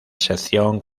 sección